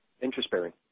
interest-bearing